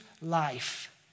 life